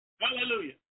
Hallelujah